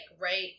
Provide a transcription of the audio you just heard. right